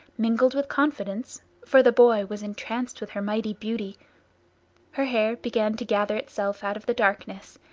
mingled with confidence for the boy was entranced with her mighty beauty her hair began to gather itself out of the darkness,